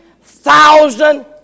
thousand